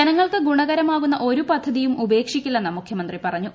ജനങ്ങൾക്ക് ഗുണമാകുന്ന ഒരു പുദ്ധതിയും ഉപേക്ഷിക്കില്ലെന്ന് മുഖ്യമന്ത്രി പറഞ്ഞു